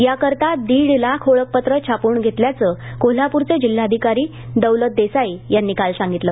याकरता दीड लाख ओळखपत्रं छापून घेतल्याचं कोल्हापूरचे जिल्हाधिकारी दौलत देसाई यांनी काल सांगितलं